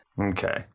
Okay